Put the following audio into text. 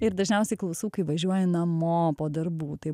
ir dažniausiai klausau kai važiuoju namo po darbų tai